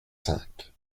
cinq